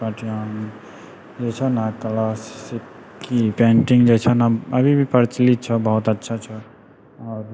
जे छौ कि पेन्टिंग जे छौ ने अभी भी प्रचलित छौ बहुत अच्छा छौ आओर